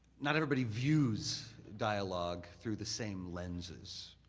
not everybody views dialogue through the same lenses,